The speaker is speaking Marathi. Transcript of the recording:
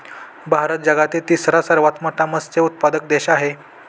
भारत जगातील तिसरा सर्वात मोठा मत्स्य उत्पादक देश आहे